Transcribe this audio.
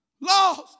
lost